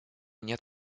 нет